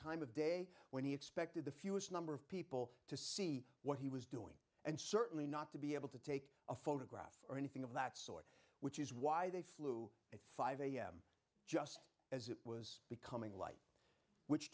time of day when he expected the fewest number of people to see what he was doing and certainly not to be able to take a photograph or anything of that sort which is why they flew at five am just as it was becoming light which